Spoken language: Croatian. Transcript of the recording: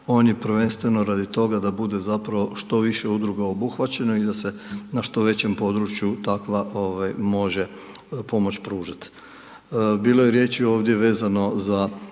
on je prvenstveno radi toga da bude zapravo što više Udruga obuhvaćeno i da se na što većem području takva može pomoć pružiti. Bilo je riječi ovdje vezano za